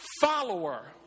follower